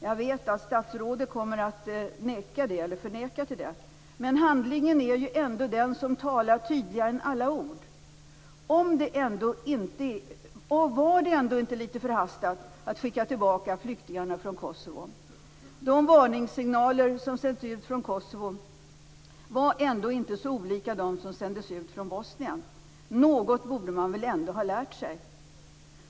Jag vet att statsrådet kommer att förneka det. Men handlingen talar ju ändå tydligare än alla ord. Och var det ändå inte lite förhastat att skicka tillbaka flyktingarna från Kosovo? De varningssignaler som har sänts ut från Kosovo var ändå inte så olika dem som sändes ut från Bosnien. Något borde man väl ändå ha lärt sig?